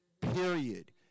Period